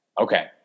Okay